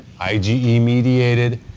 IgE-mediated